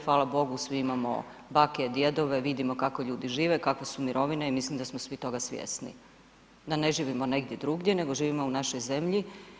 Hvala Bogu svi imamo bake i djedove i vidimo kako ljudi žive, kakve su mirovine i mislim da smo svi toga svjesni da ne živimo negdje drugdje, nego živimo u našoj zemlji.